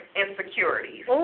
insecurities